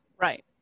Right